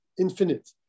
infinite